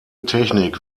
technik